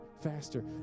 faster